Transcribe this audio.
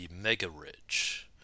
mega-rich